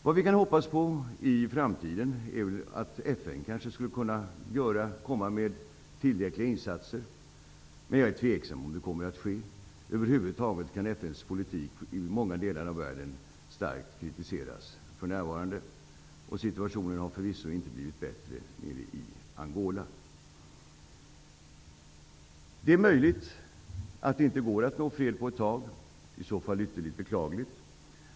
Vad vi kan hoppas på i framtiden är att FN kanske skulle kunna göra tillräckliga insatser, men jag är tveksam till detta. Över huvud taget kan FN:s politik i många delar av världen starkt kritiseras för närvarande. Situationen i Angola har förvisso inte blivit bättre. Det är möjligt att det på ett tag inte går att nå fred. I så fall är det ytterligt beklagligt.